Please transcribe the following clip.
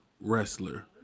wrestler